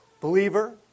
Believer